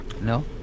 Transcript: No